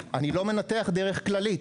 אני לא מנתח דרך כללית.